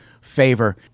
favor